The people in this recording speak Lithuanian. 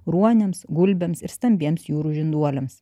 ruoniams gulbėms ir stambiems jūrų žinduoliams